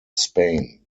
spain